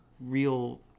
real